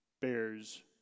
bears